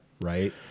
right